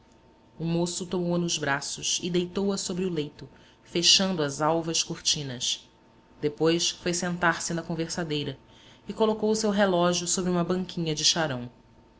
o moço tomou-a nos braços e deitou-a sobre o leito fechando as alvas cortinas depois foi sentar-se na conversadeira e colocou o seu relógio sobre uma banquinha de charão